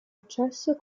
accesso